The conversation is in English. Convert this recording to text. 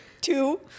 Two